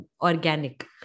organic